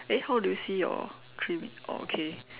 eh how do you see your three oh okay